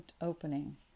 opening